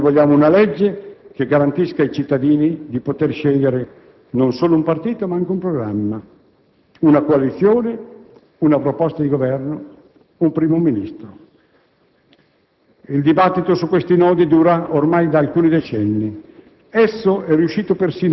Credo però che alcuni principi possano essere da tutti condivisi. Noi vogliamo una legge che garantisca ai cittadini di poter scegliere non solo un partito, ma anche un programma, una coalizione, una proposta di Governo, un Primo ministro.